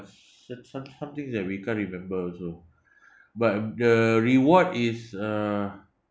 so~ so~ something that we can't remember also but the reward is uh